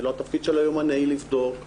זה לא התפקיד של היומנאי לבדוק.